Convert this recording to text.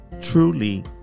truly